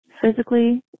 Physically